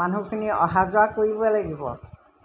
মানুহখিনি অহা যোৱা কৰিব লাগিব